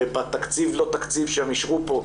בתקציב לא-תקציב שהם אישרו פה,